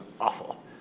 awful